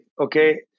okay